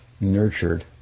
nurtured